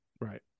Right